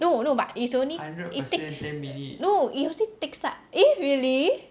no no but it's only it ta~ no it usually takes up eh really